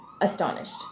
astonished